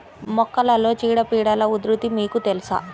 మొక్కలలో చీడపీడల ఉధృతి మీకు తెలుసా?